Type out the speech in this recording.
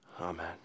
Amen